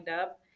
up